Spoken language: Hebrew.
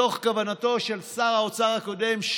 מתוך כוונתו של שר האוצר הקודם,